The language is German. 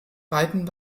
beiden